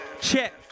Check